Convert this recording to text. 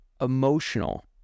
emotional